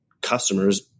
customers